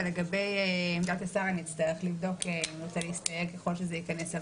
ולגבי עמדת השר נצטרך לבדוק אם הוא רוצה להסתייג ככל שזה ייכנס.